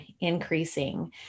increasing